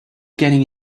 getting